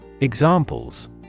Examples